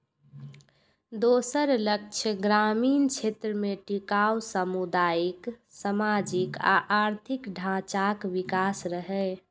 दोसर लक्ष्य ग्रामीण क्षेत्र मे टिकाउ सामुदायिक, सामाजिक आ आर्थिक ढांचाक विकास रहै